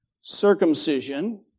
Circumcision